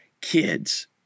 kids